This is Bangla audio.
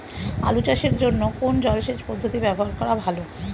আলু চাষের জন্য কোন জলসেচ পদ্ধতি ব্যবহার করা ভালো?